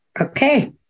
Okay